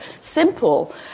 simple